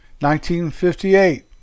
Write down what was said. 1958